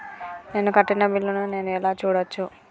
నేను కట్టిన బిల్లు ను నేను ఎలా చూడచ్చు?